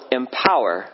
empower